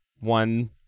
one